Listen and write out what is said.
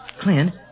Clint